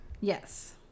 Yes